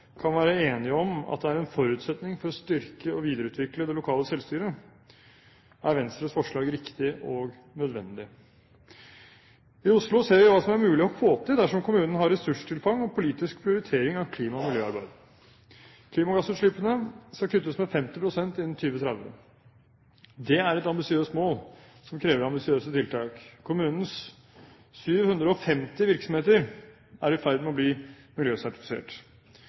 kan være enige om at er en forutsetning for å styrke og videreutvikle det lokale selvstyret, er Venstres forslag riktig og nødvendig. I Oslo ser vi hva som er mulig å få til dersom kommunen har ressurstilfang og politisk prioritering av klima- og miljøarbeid. Klimagassutslippene skal kuttes med 50 pst. innen 2030. Det er et ambisiøst mål som krever ambisiøse tiltak. Kommunens 750 virksomheter er i ferd med å bli miljøsertifisert.